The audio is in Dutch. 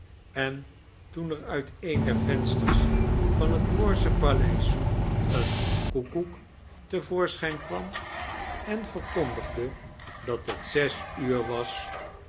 en toen er uit een der vensters van het moorsche paleis een koekoek te voorschijn kwam en yerkondigde dat het zes uur was